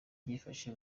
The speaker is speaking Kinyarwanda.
byifashe